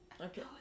okay